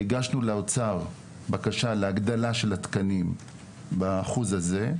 והגשנו לאוצר בקשה להגדלה של התקנים באחוז הזה.